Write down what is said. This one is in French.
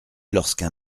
lorsqu’un